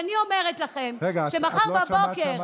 אני אומרת לכם שמחר בבוקר,